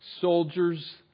Soldiers